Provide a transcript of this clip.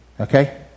Okay